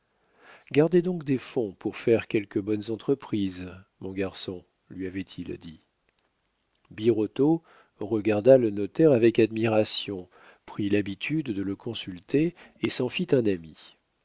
gardez donc des fonds pour faire quelques bonnes entreprises mon garçon lui avait-il dit birotteau regarda le notaire avec admiration prit l'habitude de le consulter et s'en fit un ami